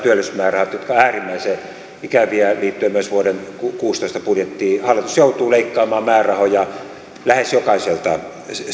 työllisyysmäärärahat jotka ovat äärimmäisen ikäviä liittyen myös vuoden kaksituhattakuusitoista budjettiin hallitus joutuu leikkaamaan määrärahoja lähes jokaiselta